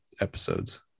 episodes